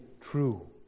true